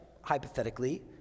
hypothetically